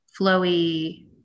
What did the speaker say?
flowy